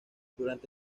durante